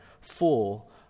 full